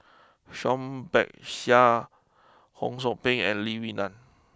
Peck Seah Ho Sou Ping and Lee Wee Nam